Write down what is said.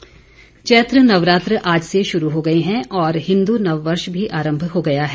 नवरात्र चैत्र नवरात्रे आज से शुरू हो गए हैं और हिंदू नववर्ष भी आरंभ हो गया है